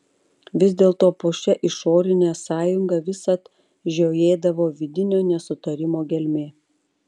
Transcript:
vis dėlto po šia išorine sąjunga visad žiojėdavo vidinio nesutarimo gelmė